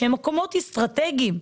שהם מקומות אסטרטגיים.